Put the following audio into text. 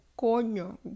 Coño